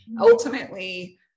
ultimately